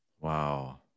Wow